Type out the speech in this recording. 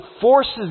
forces